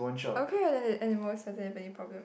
okay then the animals doesn't have any problems